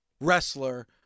wrestler